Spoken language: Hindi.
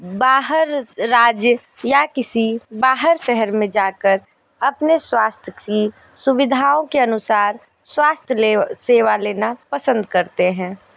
बाहर राज्य या किसी बाहर शहर में जाकर अपने स्वास्थ्य की सुविधाओं के अनुसार स्वास्थ्य ले सेवा लेना पसंद करते हैं